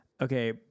Okay